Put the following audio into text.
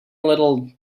little